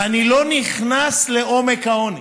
ואני לא נכנס לעומק העוני.